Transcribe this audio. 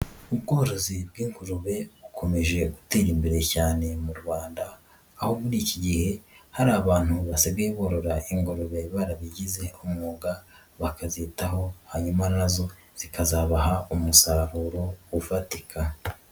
Ubworozi bw'ingurube bukomeje gutera imbere cyane mu Rwanda, aho muri iki gihe hari abantu basigaye borora ingurube barabigize umwuga, bakazitaho hanyuma nazo zikazabaha umusaruro ufatika.